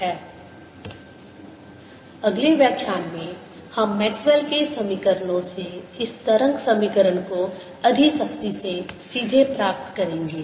2Eyx2 ∂tBz∂x002Eyt2 अगले व्याख्यान में हम मैक्सवेल के समीकरणों Maxwell's equations से इस तरंग समीकरण को अधिक सख्ती से सीधे प्राप्त करेंगे